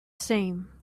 same